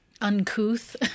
uncouth